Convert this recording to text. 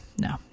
no